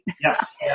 Yes